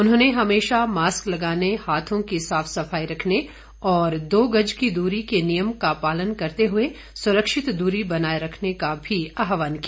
उन्होंने हमेशा मास्क लगाने हाथों की साफ सफाई रखने और दो गज की दूरी के नियम का पालन करते हुए सुरक्षित दूरी बनाए रखने का भी आहवान किया